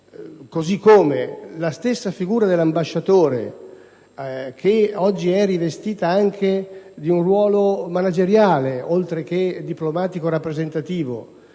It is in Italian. Così come la stessa figura dell'ambasciatore, oggi rivestita anche di un ruolo manageriale oltre che diplomatico-rappresentativo,